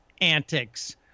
antics